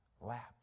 lap